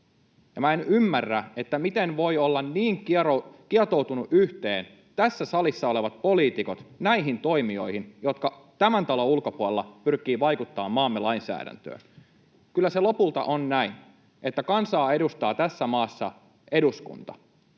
en ymmärrä, miten voivat olla niin kietoutuneet yhteen tässä salissa olevat poliitikot näihin toimijoihin, jotka tämän talon ulkopuolella pyrkivät vaikuttamaan maamme lainsäädäntöön. Kyllä se lopulta on näin, että kansaa edustaa tässä maassa eduskunta